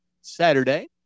saturday